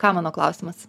ką mano klausimas